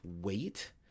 wait